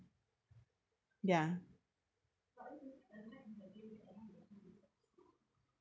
ya